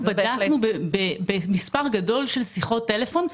אנחנו בדקנו במספר גדול של שיחות טלפון.